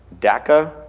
DACA